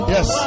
Yes